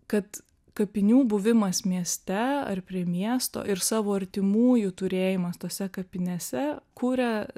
kad kapinių buvimas mieste ar prie miesto ir savo artimųjų turėjimas tose kapinėse kuria